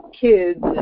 kids